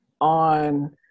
on